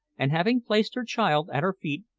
and having placed her child at her feet,